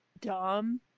dumb